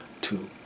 two